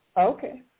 Okay